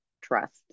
trust